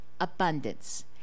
abundance